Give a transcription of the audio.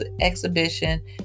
exhibition